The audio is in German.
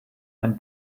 ein